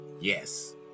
yes